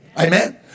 Amen